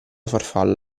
farfalla